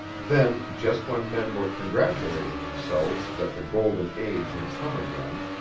then, just when men were congratulating themselves that the golden age had come again,